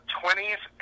20s